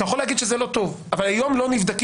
אתה יכול להגיד שזה לא טוב, אבל הם לא נבדקים.